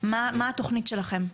מה התכנית שלכם?